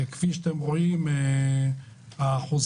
כפי שאתם רואים, האחוזים